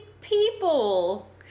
people